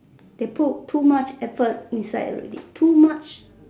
they put too much effort inside already too much